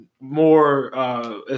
more